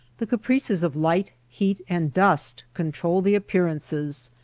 the caprices of light, heat, and dust control the appearances.